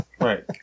Right